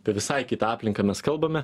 apie visai kitą aplinką mes kalbame